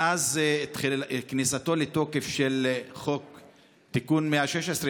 מאז כניסתו לתוקף של תיקון 116,